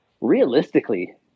realistically